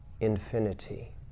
infinity